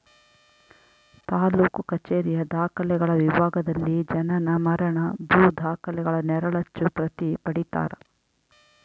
ತಾಲೂಕು ಕಛೇರಿಯ ದಾಖಲೆಗಳ ವಿಭಾಗದಲ್ಲಿ ಜನನ ಮರಣ ಭೂ ದಾಖಲೆಗಳ ನೆರಳಚ್ಚು ಪ್ರತಿ ಪಡೀತರ